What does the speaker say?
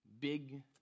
Big